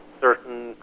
certain